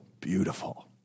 beautiful